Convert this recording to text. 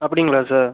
அப்படிங்களா சார்